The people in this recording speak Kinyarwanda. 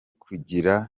kugira